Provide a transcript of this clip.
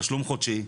תשלום חודשי.